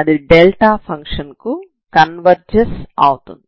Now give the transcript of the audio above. అది delta function కు converges అవుతుంది